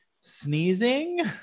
sneezing